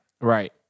Right